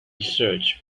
search